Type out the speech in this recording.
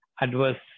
adverse